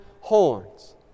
horns